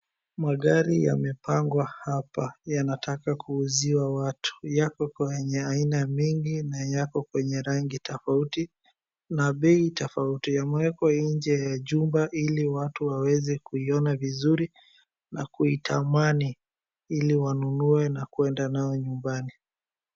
Magari yamepangwa hapa yanataka kuuziwa watu. Yako kwenye aina mingi na yako kwenye rangi tofauti na bei tofauti. Yamewekwa nje ya jumba ili watu waweza kuiona vizuri na kuitamani ili wanunue na kueda nayo nyumbani.